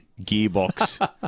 gearbox